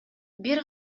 бир